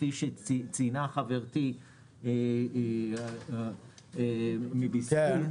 כפי שציינה חברתי מארגון "בזכות".